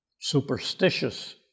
superstitious